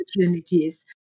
opportunities